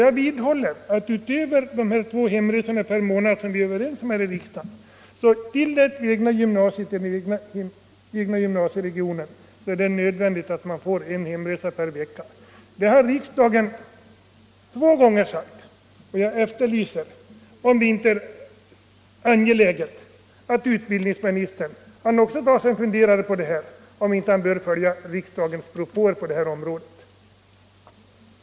Jag vidhåller att det är nödvändigt att eleverna — utöver de två hemresor per månad som vi är överens om här i riksdagen — får en hemresa per vecka från gymnasiet i den egna gymnasieregionen. Det har riksdagen sagt två gånger, och jag anser att det är angeläget att utbildningsministern också tar sig en funderare på det här. Jag efterlyser en uppföljning av riksdagens propåer på det här området.